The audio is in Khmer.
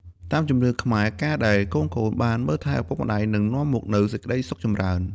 តាមជំនឿខ្មែរ ការដែលកូនៗបានមើលថែឪពុកម្តាយ នឹងនាំមកនូវសេចក្តីសុខចម្រើន។